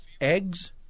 eggs